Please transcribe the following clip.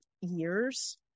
years